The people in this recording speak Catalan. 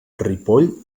ripoll